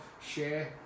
share